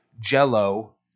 jello